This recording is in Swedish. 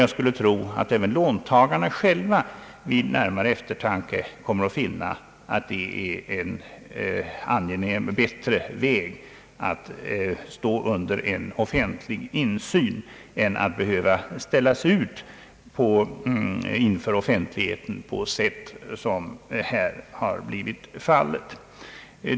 Jag skulle tro att även låntagarna själva vid närmare eftertanke kommer att finna att det är bättre att stå under en myndighets insyn än att behöva ställas ut inför offentligheten på sätt som här har blivit fallet.